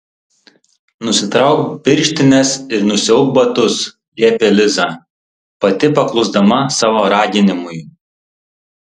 nusitrauk pirštines ir nusiauk batus liepė liza pati paklusdama savo raginimui